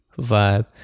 vibe